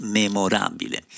memorabile